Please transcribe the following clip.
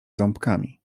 ząbkami